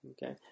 Okay